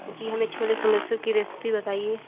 जी हमें छोले समोसे की रेसिपी बताइए